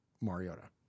Mariota